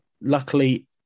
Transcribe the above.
Luckily